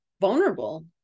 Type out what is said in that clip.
vulnerable